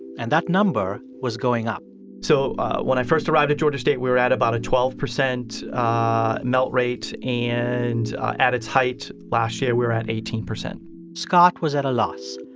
and that number was going up so when i first arrived at georgia state, we were at about a twelve percent ah melt rate. and at its height last year, we were at eighteen percent scott was at a loss.